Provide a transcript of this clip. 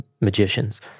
magicians